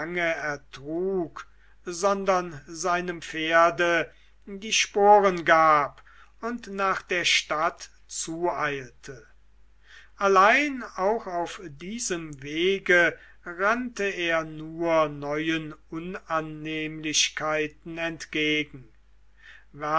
sondern seinem pferde die sporen gab und nach der stadt zueilte allein auch auf diesem wege rannte er nur neuen unannehmlichkeiten entgegen